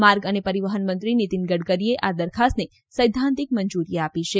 માર્ગ અને પરિવહનમંત્રી નીતિન ગડકરીએ આ દરખાસ્તને સૈદ્ધાંતિક મંજુરી આપી છે